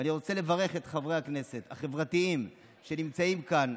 ואני רוצה לברך את חברי הכנסת החברתיים שנמצאים כאן.